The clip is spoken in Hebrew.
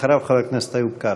אחריו, חבר הכנסת איוב קרא.